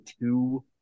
two